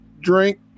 drink